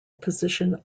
position